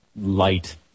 light